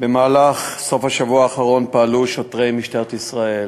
במהלך סוף השבוע האחרון פעלו שוטרי משטרת ישראל,